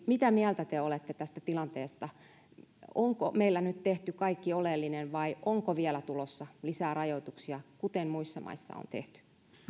mitä mieltä te olette tästä tilanteesta onko meillä nyt tehty kaikki oleellinen vai onko vielä tulossa lisää rajoituksia kuten muissa maissa on tehty